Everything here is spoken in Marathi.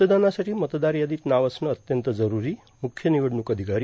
मतदानासाठी मतदार यादीत नाव असणं अत्यंत जरूरी म्रुख्य निवडणूक अधिकारी